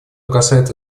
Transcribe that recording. касается